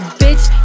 bitch